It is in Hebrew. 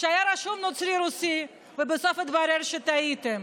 שהיה רשום כנוצרי רוסי ובסוף התברר שטעיתם,